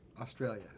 Australia